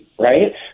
Right